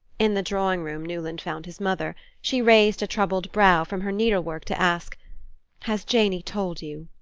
in the drawing-room newland found his mother. she raised a troubled brow from her needlework to ask has janey told you?